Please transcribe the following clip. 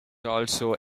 also